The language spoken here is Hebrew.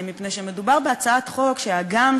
אני חושבת שזה מראה שהנחישות והעקביות משתלמות.